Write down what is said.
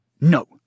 No